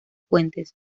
fuentes